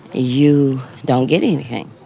ah you don't get anything,